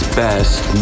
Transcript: best